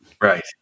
Right